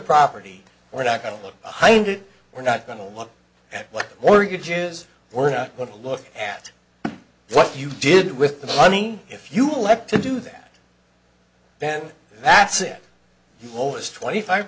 property we're not going to look behind it we're not going to look at what mortgages we're not going to look at what you did with the money if you like to do that then that's it was twenty five